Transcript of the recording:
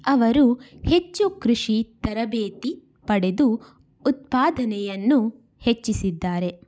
ಅವರು ಹೆಚ್ಚು ಕೃಷಿ ತರಬೇತಿ ಪಡೆದು ಉತ್ಪಾದನೆಯನ್ನು ಹೆಚ್ಚಿಸಿದ್ದಾರೆ